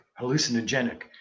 hallucinogenic